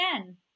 again